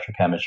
electrochemistry